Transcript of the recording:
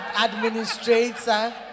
administrator